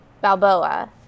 Balboa